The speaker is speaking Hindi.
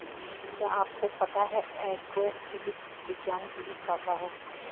क्या आपको पता है एग्रोफिजिक्स विज्ञान की एक शाखा है?